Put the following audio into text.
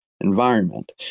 environment